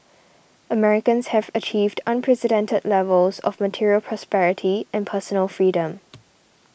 Americans have achieved unprecedented levels of material prosperity and personal freedom